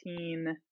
2019